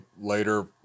later